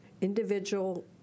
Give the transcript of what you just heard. individual